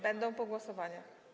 Będą po głosowaniach.